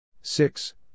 six